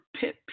pip